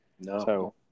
No